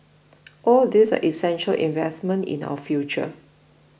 all these are essential investments in our future